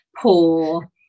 poor